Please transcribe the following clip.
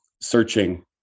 searching